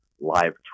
live